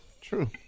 True